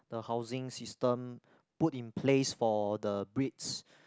the housing system put in place for the Brits